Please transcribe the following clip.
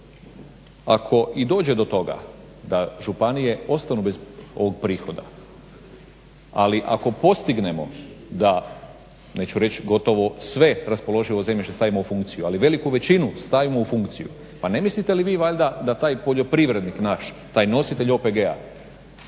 ako i dođe do toga da županije ostanu bez ovog prihoda ali ako postignemo da, neću reći gotovo sve raspoloživo zemljište stavimo u funkciju ali veliku većinu stavimo u funkciju, pa ne mislite li vi valjda da taj poljoprivrednik naš, taj nositelj OPG-a